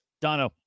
Dono